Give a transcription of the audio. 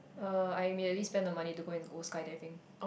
uh I immediately spend the money to go and go sky diving